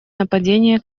нападения